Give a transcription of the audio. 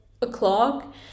o'clock